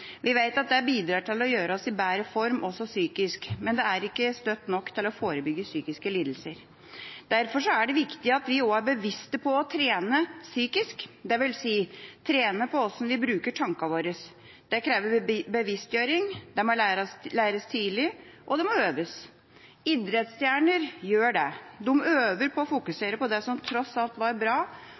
Vi vet at det bidrar til å gjøre oss i bedre form også psykisk, men det er ikke støtt nok til å forebygge psykiske lidelser. Derfor er det viktig at vi også er bevisst på å trene psykisk, dvs. å trene på hvordan vi bruker tankene våre. Det krever bevisstgjøring, det må læres tidlig, og det må øves. Idrettsstjerner gjør det. De øver på å fokusere på det som tross alt var bra,